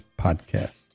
podcast